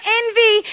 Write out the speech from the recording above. envy